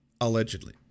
Allegedly